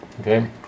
Okay